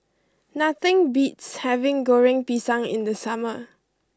nothing beats having Goreng Pisang in the summer